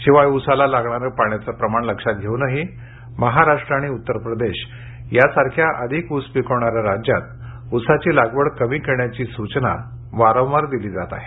शिवाय उसाला लागणारं पाण्याचं प्रमाण लक्षात घेऊनही महाराष्ट्र आणि उत्तर प्रदेश सारख्या अधिक ऊस पिकवणाऱ्या राज्यात उसाची लागवड कमी करण्याची सूचना वारंवार दिली जात आहे